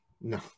No